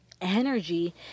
energy